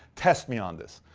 test me on this.